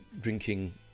drinking